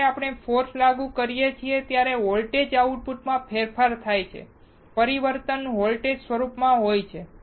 જ્યારે આપણે ફોર્સ લાગુ કરીએ છીએ ત્યાં વોલ્ટેજ આઉટપુટ માં ફેરફાર થાય છે પરિવર્તન વોલ્ટેજ સ્વરૂપમાં હોય છે